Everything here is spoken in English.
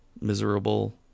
miserable